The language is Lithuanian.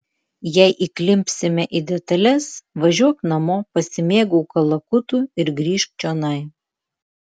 jei įklimpsime į detales važiuok namo pasimėgauk kalakutu ir grįžk čionai